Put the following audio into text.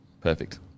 Perfect